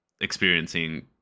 experiencing